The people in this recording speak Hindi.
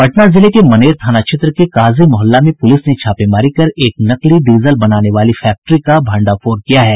पटना जिले के मनेर थाना क्षेत्र के काजी मोहल्ला में पुलिस ने छापेमारी कर एक नकली डीजल बनाने वाला फैक्ट्री का भंडाफोड़ किया है